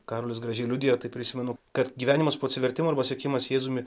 karalis gražiai liudija tai prisimenu kad gyvenimas po atsivertimo arba sekimas jėzumi